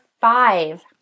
five